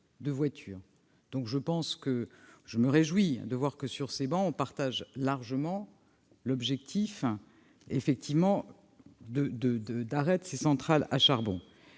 Je me réjouis donc de voir que, sur ces travées, on partage largement l'objectif d'arrêt de ces centrales à charbon.